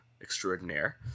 extraordinaire